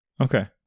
Okay